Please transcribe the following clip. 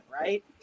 right